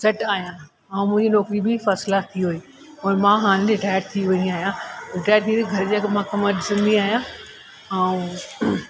set आहियां ऐं मुंहिंजी नौकिरी बि फर्स्ट क्लास थी वई और मां हाणे रिटायर थी वई आहियां रिटायर थी घर जा कमु कमु ॾिसंदी आहियां ऐं